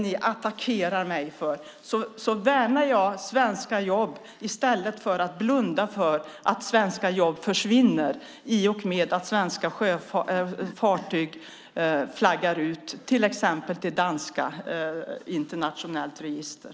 Ni attackerar mig, men jag värnar svenska jobb i stället för att blunda för att svenska jobb försvinner i och med att svenska fartyg flaggar ut till exempel till ett danskt internationellt register.